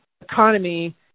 economy